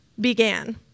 began